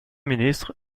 ministre